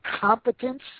competence